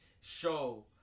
show